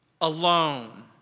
Alone